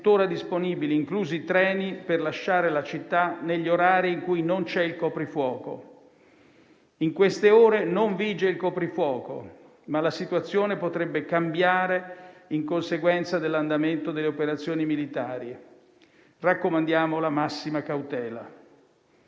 tuttora disponibili, inclusi i treni, per lasciare la città negli orari in cui non c'è il coprifuoco. In queste ore non vige il coprifuoco, ma la situazione potrebbe cambiare in conseguenza dell'andamento delle operazioni militari: raccomandiamo la massima cautela.